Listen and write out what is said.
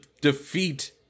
defeat